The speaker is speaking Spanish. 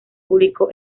público